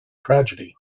tragedy